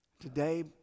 Today